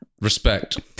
respect